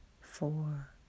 four